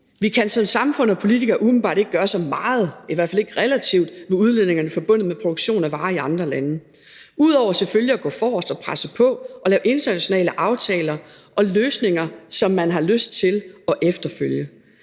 Vi kan som samfund og politikere umiddelbart ikke gøre så meget, i hvert fald ikke relativt set, ved udledningerne forbundet med produktion af varer i andre lande ud over selvfølgelig at gå forrest og presse på og lave internationale aftaler og løsninger, som man har lyst til at efterleve.